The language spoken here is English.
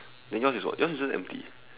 then yours is what yours is just empty